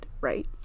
right